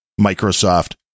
Microsoft